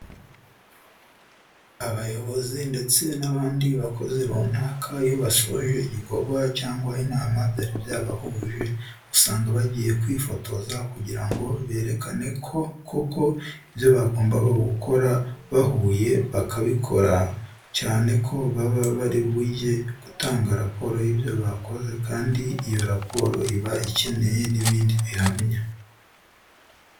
Abayobozi ndetse n'abandi bakozi runaka iyo basoje igikorwa cyangwa inama byari byabahuje usanga bagiye kwifotoza kugira ngo berekane ko koko ibyo bagombaga gukora bahuye bakabikora, cyane ko baba bari bujye gutanga raporo y'ibyo bakoze kandi iyo raporo iba ikeneye n'ibindi bihamya.